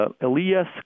Elias